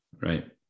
right